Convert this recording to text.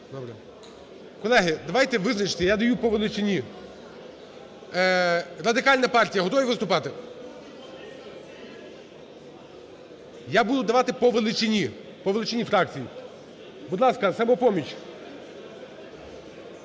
Колеги, давайте визначимося. Я даю по величині. Радикальна партія, готові виступати? Я буду давати по величині, по величині фракцій. Будь ласка, "Самопоміч".